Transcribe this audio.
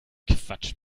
quatsch